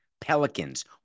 Pelicans